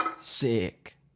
Sick